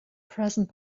present